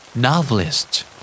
Novelist